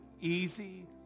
easy